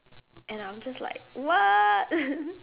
and I'm just like what